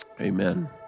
amen